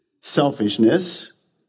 Selfishness